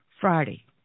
Friday